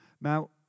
Now